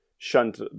shunt